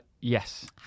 yes